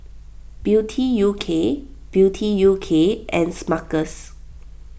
Beauty U K Beauty U K and Smuckers